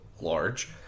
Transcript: large